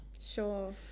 Sure